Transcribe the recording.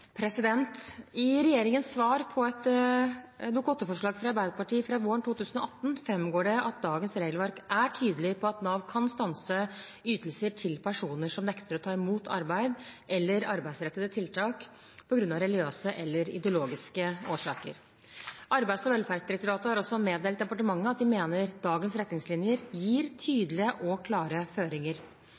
I regjeringens svar på et Dokument 8-forslag fra Arbeiderpartiet fra våren 2018 framgår det at dagens regelverk er tydelig på at Nav kan stanse ytelser til personer som nekter å ta imot arbeid eller arbeidsrettede tiltak av religiøse eller ideologiske årsaker. Arbeids- og velferdsdirektoratet har meddelt departementet at de mener dagens retningslinjer gir tydelige og klare føringer.